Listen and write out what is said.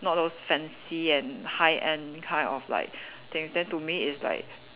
not those fancy and high end kind of like things then to me it's like